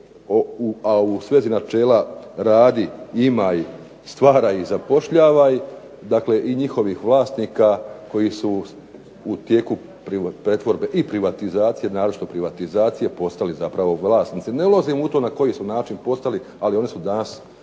a u svezi načela radi, imaj, stvaraj i zapošljavaj. Dakle, i njihovih vlasnika koji su u tijeku pretvorbe i privatizacije, naročito privatizacije postali zapravo vlasnici. Ne ulazim u to na koji su način postali, ali oni su danas vlasnici